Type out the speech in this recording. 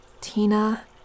Tina